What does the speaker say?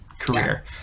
career